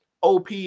OP